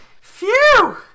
Phew